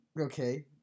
Okay